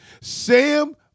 Sam